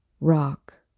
rock